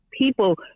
people